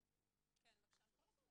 יש עוד?